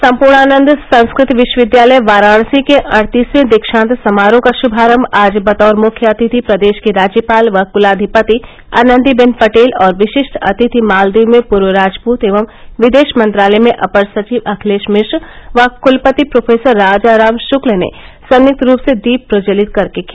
संपूर्णानंद संस्कृत विश्वविद्यालय वाराणसी के अड़तीसवें दीक्षांत समारोह का शुभारंभ आज बतौर मुख्य अतिथि प्रदेश की राज्यपाल व कुलाधिपति आनंदीबेन पटेल और विशिष्ट अतिथि मालदीव में पूर्व राजदूत एवं विदेश मंत्रालय में अपर सचिव अखिलेश मिश्र व कुलपति प्रो राजाराम शुक्ल ने संयुक्त रूप से दीप प्रज्वलित कर के किया